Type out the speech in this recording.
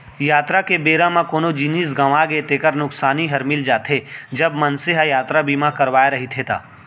यातरा के बेरा म कोनो जिनिस गँवागे तेकर नुकसानी हर मिल जाथे, जब मनसे ह यातरा बीमा करवाय रहिथे ता